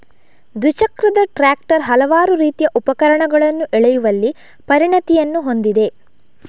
ದ್ವಿಚಕ್ರದ ಟ್ರಾಕ್ಟರ್ ಹಲವಾರು ರೀತಿಯ ಉಪಕರಣಗಳನ್ನು ಎಳೆಯುವಲ್ಲಿ ಪರಿಣತಿಯನ್ನು ಹೊಂದಿದೆ